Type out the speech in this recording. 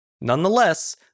Nonetheless